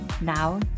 Now